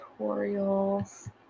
tutorials